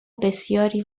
بسیاری